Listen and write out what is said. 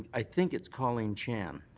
i think it's colleen chan.